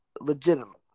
legitimate